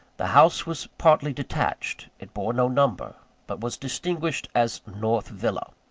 the house was partly detached. it bore no number but was distinguished as north villa.